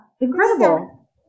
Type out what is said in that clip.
incredible